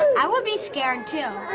i would be scared, too.